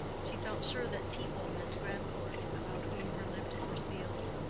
she felt sure that people meant grandcourt, about whom her lips were sealed.